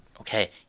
Okay